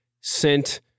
sent